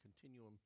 continuum